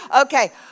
Okay